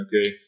okay